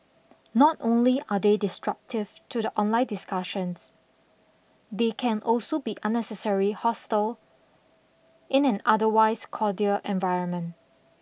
not only are they disruptive to the online discussion they can also be unnecessary hostile in an otherwise cordial environment